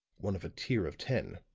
one of a tier of ten.